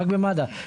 רק במד"א?